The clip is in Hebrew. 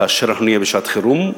כאשר נהיה בשעת חירום,